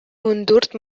ундүрт